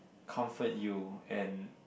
comfort you and